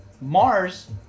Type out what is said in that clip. Mars